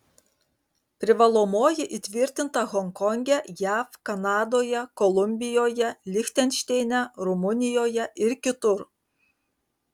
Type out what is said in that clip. privalomoji įtvirtinta honkonge jav kanadoje kolumbijoje lichtenšteine rumunijoje ir kitur